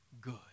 good